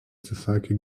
atsisakė